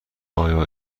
آیا